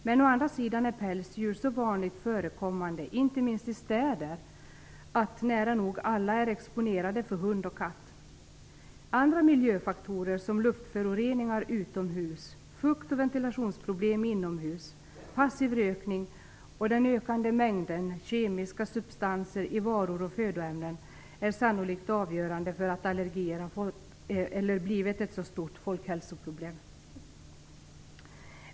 Men å andra sidan är pälsdjur så vanligt förekommande, inte minst i städer, att nära nog alla är exponerade för hund och katt. Andra miljöfaktorer som luftföroreningar utomhus, fukt och ventilationsproblem inomhus, passiv rökning och den ökande mängden kemiska substanser i varor och födoämnen är sannolikt avgörande för att allergier har blivit ett stort folkhälsoproblem.